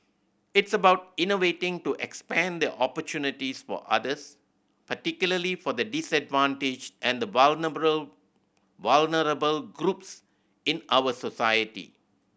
it's about innovating to expand the opportunities for others particularly for the disadvantaged and vulnerable vulnerable groups in our society